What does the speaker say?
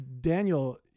Daniel